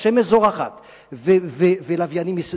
השמש זורחת ולוויינים מסביב.